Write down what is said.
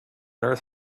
earth